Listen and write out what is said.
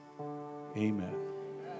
Amen